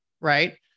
Right